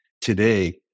Today